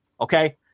Okay